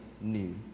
new